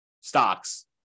stocks